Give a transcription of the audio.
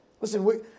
Listen